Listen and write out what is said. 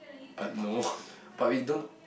but no but we don't